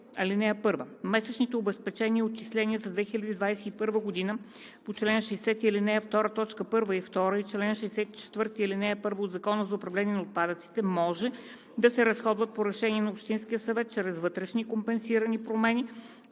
§ 60. (1) Месечните обезпечения и отчисления за 2021 г. по чл. 60, ал. 2, т. 1 и 2 и чл. 64, ал. 1 от Закона за управление на отпадъците може да се разходват по решение на общинския съвет чрез вътрешни компенсирани промени,